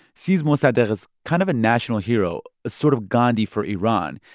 sees mossadegh as kind of a national hero, a sort of gandhi for iran.